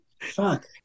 Fuck